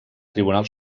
tribunal